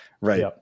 right